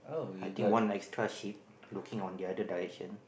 I think one nice extra ship looking on the other direction